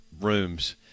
rooms